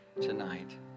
tonight